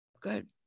Good